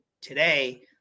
today